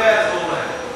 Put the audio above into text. לא יעזור להם.